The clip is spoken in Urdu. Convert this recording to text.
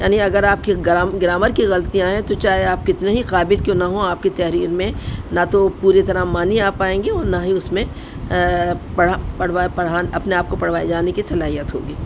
یعنی اگر آپ کے گر گرامر کی غلطیاں ہیں تو چاہے آپ کتنے ہی قابل کیوں نہ ہووں آپ کی تحریر میں نہ تو پوری طرح معنی آ پائیں گے اور نہ ہی اس میں پڑھاڑھ پڑھان اپنے آپ کو پڑھوائے جانے کی صلاحیت ہوگی